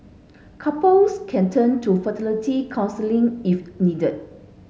couples can turn to fertility counselling if needed